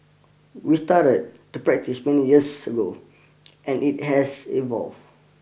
we started the practice many years ago and it has evolved